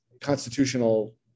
constitutional